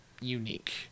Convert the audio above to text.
unique